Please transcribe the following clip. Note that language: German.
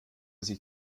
sich